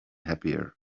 happier